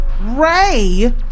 Ray